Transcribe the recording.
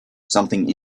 something